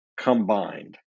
combined